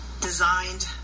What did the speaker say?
designed